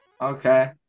Okay